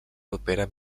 propera